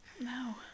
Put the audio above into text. No